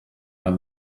are